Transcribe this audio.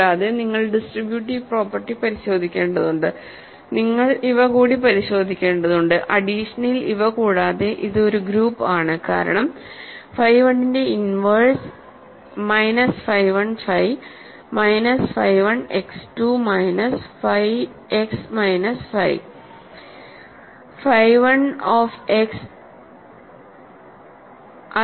കൂടാതെ നിങ്ങൾ distributive property പരിശോധിക്കേണ്ടതുണ്ട് നിങ്ങൾ ഇവകൂടി പരിശോധിക്കേണ്ടതുണ്ട് അഡീഷനിൽ ഇവ കൂടാതെ ഇത് ഒരു ഗ്രൂപ്പ് ആണ്കാരണം ഫൈ 1ന്റെ inverse minus phi 1 phi minus phi 1 x 2 minus ഫൈx മൈനസ് ഫൈ ഫൈ1 ഓഫ് എക്സ്